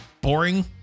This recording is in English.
boring